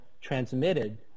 transmitted